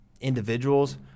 individuals